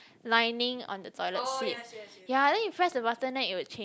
lining on the toilet seat yeah then you press the button then it would change